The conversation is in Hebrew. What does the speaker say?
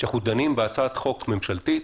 שאנחנו דנים בהצעת חוק ממשלתית